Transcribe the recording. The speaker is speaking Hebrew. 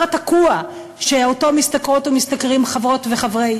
התקוע שמשתכרות או משתכרים חברות וחברי,